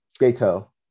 Gato